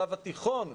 שלב התיכון,